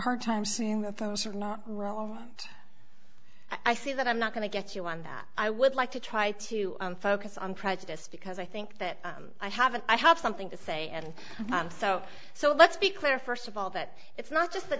hard time seeing that those are not i see that i'm not going to get you on that i would like to try to focus on prejudice because i think that i have an i have something to say and i'm so so let's be clear first of all that it's not just th